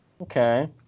Okay